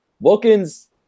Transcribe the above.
Wilkins